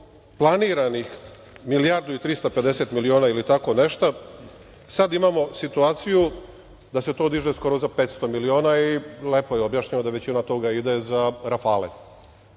Od planiranih milijardu i 350 miliona ili tako nešto, sada imamo situaciju da se to diže skoro za 500 miliona i lepo je objašnjeno da većina toga ide za "rafale".